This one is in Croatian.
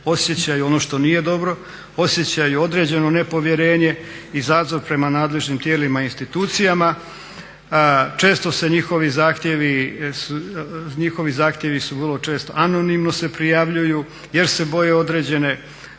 osjećaju ono što nije dobro, osjećaju određeno nepovjerenje i zazor prema nadležnim tijelima i institucijama. Često se njihovi zahtjevi, njihovi zahtjevi se vrlo često anonimno se prijavljuju jer se boje određene, sustežu